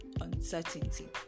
uncertainty